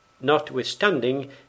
Notwithstanding